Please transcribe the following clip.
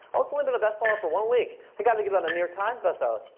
oh, it's only been bestseller for one week. you've got to get on the new york times bestseller list.